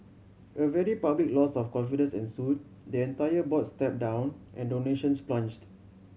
a very public loss of confidence ensued the entire board stepped down and donations plunged